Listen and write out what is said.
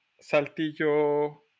Saltillo